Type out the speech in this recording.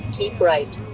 keep right.